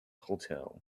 hotel